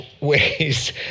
ways